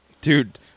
Dude